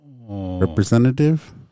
Representative